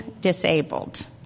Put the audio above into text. disabled